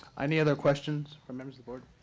any other questions from members the board?